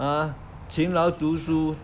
!huh! 勤劳读书